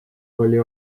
oli